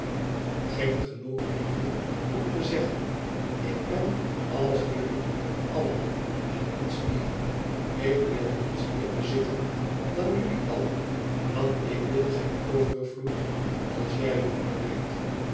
geen genoeg liefde om te zeggen ik ben als jullie allen en niets meer ik wil niets meer bezitten dan jullie allen want ik wil geen overvloed als jij honger lijdt